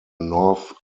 north